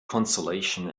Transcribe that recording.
consolation